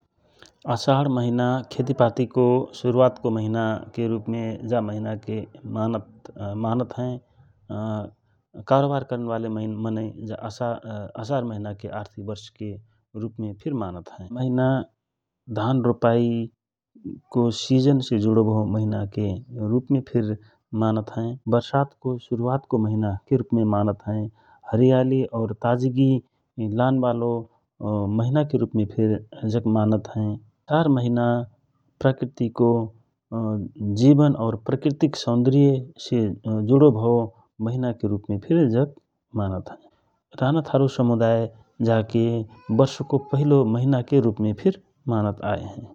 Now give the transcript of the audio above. असाडको महिना खेतिपातिको शुरूवात को महिना के रूपमे मानत हए । कारोवार करन बाले आदमी असाढ महिनाके आर्थिक वर्ष महिनाके रूपमे मानत हए । असाड महिना धन रोपाइ से जुडो भव महिनाके रूपमे फिर मानत हए । बर्षातको शुरूवातको महिनाके रूपमे फिर मानत हए । हरियालि और ताजगी लानबालो महिनाके रूपमे फिर जक मानत हए । असाड महिना प्रकृतिको जिवन और प्रकृतिक सौन्दर्य से जुडो भव महिनक रूपमे फिर जक मानत हए । रानाथारू समुदय जके वर्षाको पहिलो महिनाके रूपमे आए हए ।